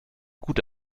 gut